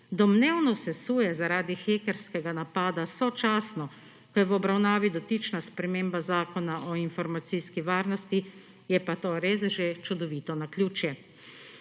(nadaljevanje) zaradi hekerskega napada, sočasno, ko je v obravnavi dotična sprememba Zakona o informacijski varnosti, je pa to res že čudovito naključje.